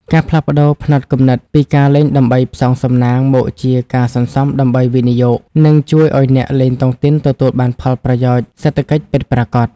ការផ្លាស់ប្តូរផ្នត់គំនិតពី "ការលេងដើម្បីផ្សងសំណាង" មកជា "ការសន្សំដើម្បីវិនិយោគ" នឹងជួយឱ្យអ្នកលេងតុងទីនទទួលបានផលប្រយោជន៍សេដ្ឋកិច្ចពិតប្រាកដ។